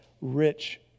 rich